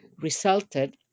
resulted